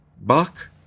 Buck